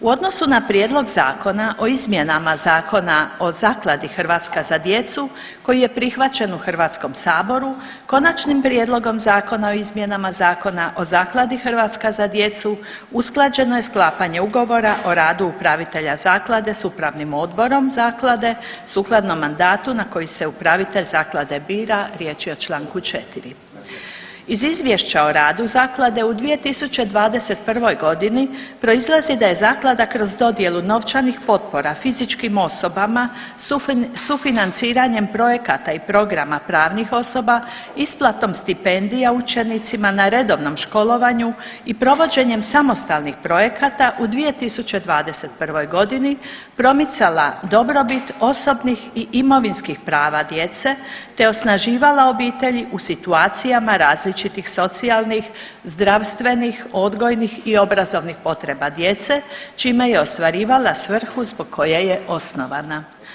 U odnosu na Prijedlog zakona o izmjenama Zakona o Zakladi „Hrvatska za djecu“ koji je prihvaćen u HS-u Konačnim prijedlogom Zakona o izmjenama Zakona o Zakladi „Hrvatska za djecu“ usklađeno je sklapanje ugovora o radu upravitelja zaklade s upravnim odborom zaklade sukladno mandatu na koji se upravitelj zaklade bira, riječ je o čl. 4. Iz izvješća o radu zaklade u 2021.g. proizlazi da je zaklada kroz dodjelu novčanih potpora fizičkim osobama, sufinanciranjem projekata i programa pravnih osoba, isplatom stipendija učenicima na redovnom školovanju i provođenjem samostalnih projekata u 2021.g. promicala dobrobit osobnih i imovinskih prava djece te osnaživala obitelji u situacijama različitih socijalnih, zdravstvenih, odgojnih i obrazovnih potreba djece čime je ostvarivala svrhu zbog koje je osnovana.